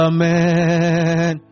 Amen